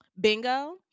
bingo